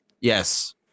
Yes